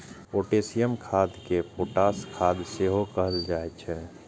potassium खाद कें potash खाद सेहो कहल जाइ छै